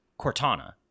Cortana